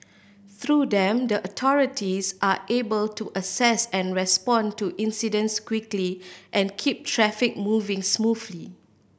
through them the authorities are able to assess and respond to incidents quickly and keep traffic moving smoothly